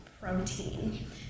protein